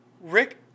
Rick